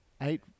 eight